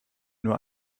nur